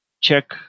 check